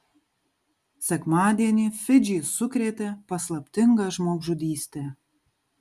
sekmadienį fidžį sukrėtė paslaptinga žmogžudystė